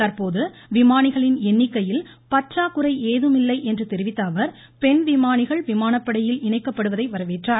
தற்போது விமானிகளின் எண்ணிக்கையில் பற்றாக்குறை ஏதுமில்லை என்று தெரிவித்த அவர் பெண் விமானிகள் விமானப்படையில் இணைக்கப்படுவதை வரவேற்றார்